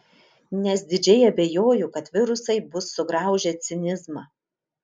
nes didžiai abejoju kad virusai bus sugraužę cinizmą